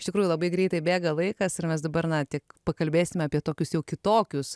iš tikrųjų labai greitai bėga laikas ir mes dabar na tik pakalbėsime apie tokius jau kitokius